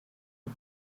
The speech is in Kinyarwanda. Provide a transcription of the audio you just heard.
nti